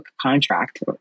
contract